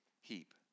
heap